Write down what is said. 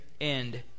end